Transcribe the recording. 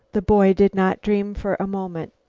the boy did not dream for a moment.